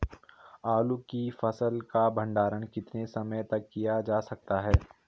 आलू की फसल का भंडारण कितने समय तक किया जा सकता है?